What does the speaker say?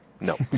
No